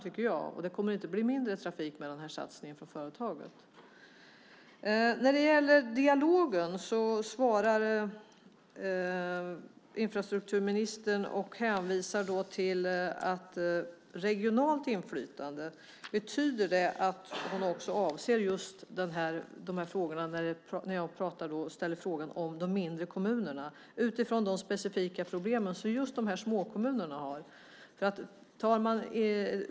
Det kommer ju inte att bli mindre trafik med den här satsningen. När det gäller dialogen hänvisar infrastrukturministern till regionalt inflytande. Avses då även de mindre kommunerna utifrån de specifika problem som just småkommunerna har?